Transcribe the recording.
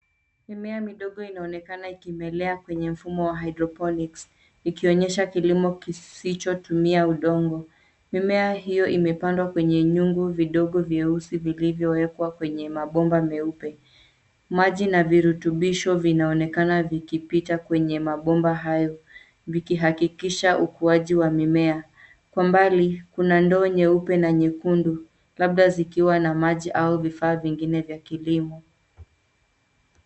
Mimea midogo inaonekana ikimelea kwenye mfumo wa hydroponics ikionyesha kilimo kisichotumia udongo. Mimea hiyo imepandwa kwenye nyungu vidogo vyeusi vilivyowekwa kwenye mabomba meupe. Maji na virutubisho vinaonekana vikipita kwenye mabomba hayo, vikihakikisha ukuaji wa mimea. Kwa mbali kuna ndoo nyeupe na nyekundu labda zikiwa na maji au vifaa vingine vya kilimo.